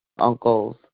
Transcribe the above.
uncles